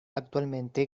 actualmente